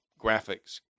graphics